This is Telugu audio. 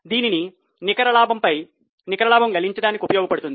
దీనిని నికర లాభం పై నికర లాభం లెక్కించడానికి ఉపయోగపడుతుంది